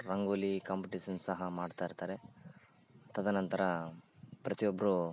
rangoli competition ಸಹ ಮಾಡ್ತಾ ಇರ್ತಾರೆ ತದ ನಂತರ ಪ್ರತಿಯೊಬ್ಬರು